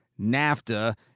NAFTA